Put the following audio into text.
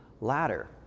ladder